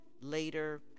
later